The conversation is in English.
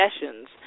sessions